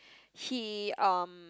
he um